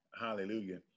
hallelujah